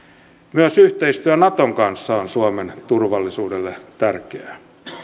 myös yhteistyö naton kanssa on suomen turvallisuudelle tärkeää